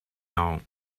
now